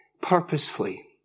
purposefully